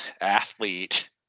athlete